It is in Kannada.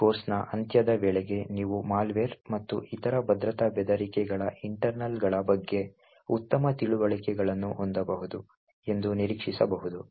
ಈ ಕೋರ್ಸ್ನ ಅಂತ್ಯದ ವೇಳೆಗೆ ನೀವು ಮಾಲ್ವೇರ್ ಮತ್ತು ಇತರ ಭದ್ರತಾ ಬೆದರಿಕೆಗಳ ಇಂಟರ್ನಲ್ಗಳ ಬಗ್ಗೆ ಉತ್ತಮ ತಿಳುವಳಿಕೆಯನ್ನು ಹೊಂದಬಹುದು ಎಂದು ನಿರೀಕ್ಷಿಸಬಹುದು